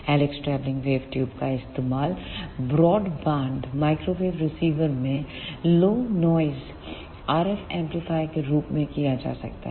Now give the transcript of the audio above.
helix travelling wave tube का इस्तेमाल broadband microwave receiver में लो नॉइस RF एम्पलीफायरों के रूप में किया जा सकता है